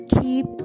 Keep